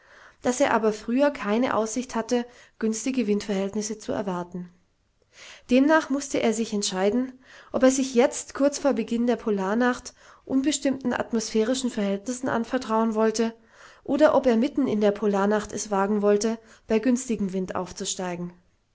daß er aber früher keine aussicht hatte günstige windverhältnisse zu erwarten demnach mußte er sich entscheiden ob er sich jetzt kurz vor beginn der polarnacht unbestimmten atmosphärischen verhältnissen anvertrauen wollte oder ob er mitten in der polarnacht es wagen wollte bei günstigem wind aufzusteigen